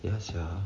ya sia